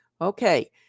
Okay